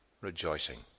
rejoicing